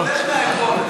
מהעלבון,